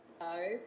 Hello